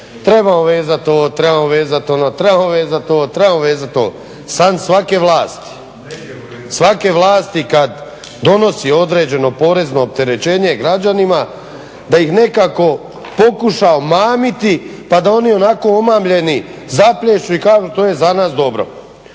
Treba vezat ovo, trebamo vezat ono, trebamo vezat ovo, trebamo vezan ono. San svake vlasti, svake vlasti kad donosi određeno porezno opterećenje građanima da ih nekako pokuša omamiti pa da oni onako omamljeni zaplješću i kažu to je za nas dobro.